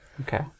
Okay